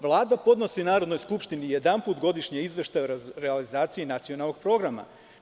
Vlada podnosi Narodnoj skupštini jedanput godišnje izveštaj o realizaciji nacionalnog programa.